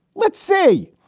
let's say.